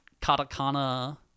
katakana